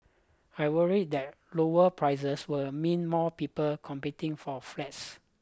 I worried that lower prices will mean more people competing for flats